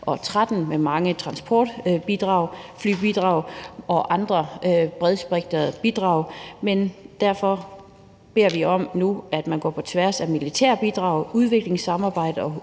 2013 – med mange transportbidrag, flybidrag og andre bredspektrede bidrag. Derfor beder vi om, at man går på tværs af militært bidrag, udviklingssamarbejde